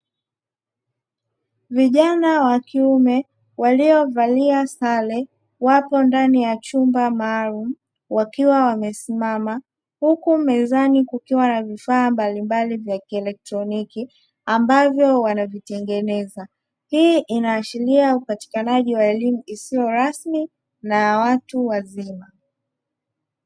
Vijana wa kiume waliovalia sare wapo ndani ya chumba maalumu wakiwa wamesimama, huku mezani kukiwa na vifaa mbalimbali vya kieletroniki ambavyo wanavitengeneza; hii inaashiria upatikanaji wa elimu isiyo rasmi na watu wazima.